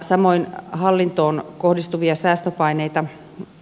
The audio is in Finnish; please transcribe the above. samoin hallintoon kohdistuvia säästöpaineita